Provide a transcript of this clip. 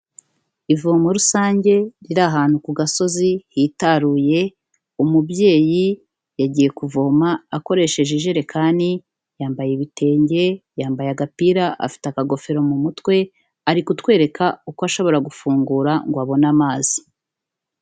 Ivomo rusange, riri ahantu ku gasozi hitaruye, umubyeyi yagiye kuvoma akoresheje ijerekani, yambaye ibitenge, yambaye agapira, afite akagofero mu mutwe, ari kutwereka uko ashobora gufungura ngo abone amazi.